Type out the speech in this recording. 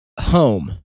Home